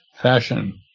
fashion